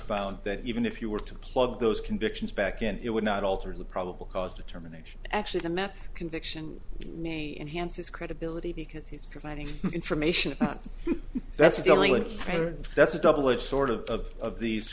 found that even if you were to plug those convictions back and it would not alter the probable cause determination actually the math conviction and hence his credibility because he's providing information that's the only thing that's a double edged sword of of these